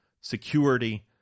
security